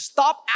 Stop